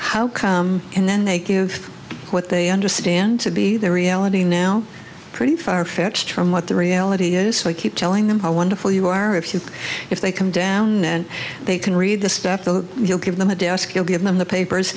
how and then they give what they understand to be the reality now pretty farfetched from what the reality is so i keep telling them how wonderful you are if you if they come down and they can read this stuff that you'll give them a desk you'll give them the papers